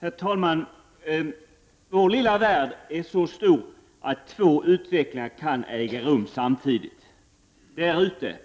Herr talman! Vår lilla värld är så stor att två utvecklingar kan äga rum samtidigt: Där ute: